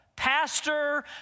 pastor